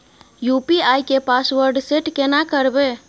UPI के password set केना करबे?